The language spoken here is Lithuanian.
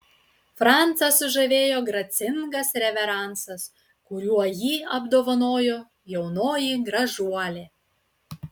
francą sužavėjo gracingas reveransas kuriuo jį apdovanojo jaunoji gražuolė